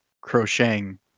crocheting